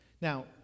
Now